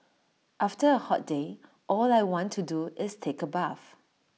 after A hot day all I want to do is take A bath